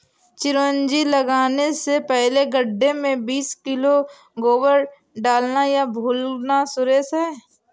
चिरौंजी लगाने से पहले गड्ढे में बीस किलो गोबर डालना ना भूलना सुरेश